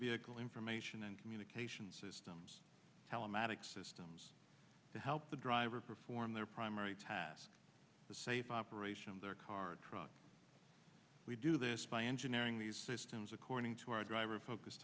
vehicle information and communication systems telematics systems to help the driver perform their primary task the safe operation of their car truck we do this by engineering these systems according to our driver focus